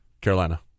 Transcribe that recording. Carolina